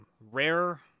Rare